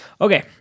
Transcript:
Okay